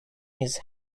his